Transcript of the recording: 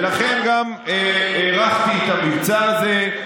ולכן גם הארכתי את המבצע הזה,